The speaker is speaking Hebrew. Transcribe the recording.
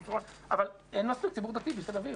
אבל אין מספיק ציבור דתי בתל אביב.